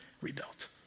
rebuilt